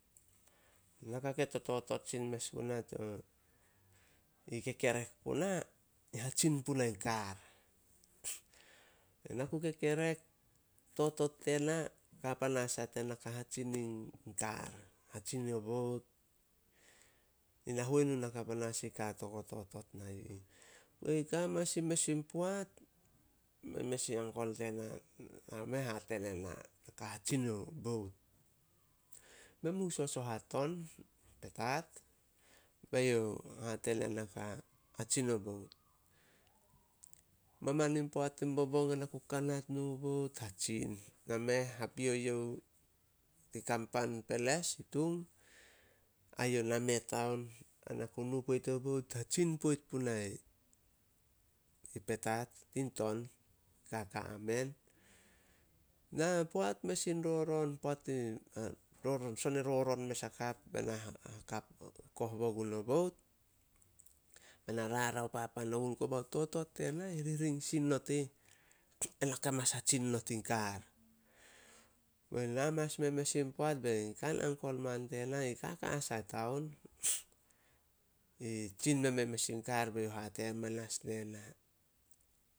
Naka ke tototot sin mes guna, i kekerek puna, i hatsin punai kar. Na ku kekerek, totot tena kapanas a tena ka hatsin in kar, hatsin o bout. Yi nahuenu panas naka kari ka to totot na yi ih. Ka manas in mes in poat, bei mes in uncle tena nao meh hate ne na, na ka hatsin yo bout. Men mu sosoh ai ton Petats, be youh hate nena ka hatsin yo bout. Maman in poat tin bobong ai na ku kanat meo bout, hatsin. Na meh hapio youh tin kan pa peles, Tung. Ai youh nameh taon ai na ku nu poit yo bout, hatsin poit punai Petats tin ton, kaka a men. Poat mes in roron, sone roron mes hakap be na koh bo gun o bout, be na rarao papan ogun, koba totot tena hirhiring sin not ih, ena ka mes hatsin not in kar. Bei na manas mes in poat bei kan uncle man tena, i kaka as ai taon, i tsin mei meh in mes in kar be youh hate manas nena